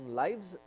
lives